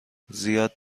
زیاد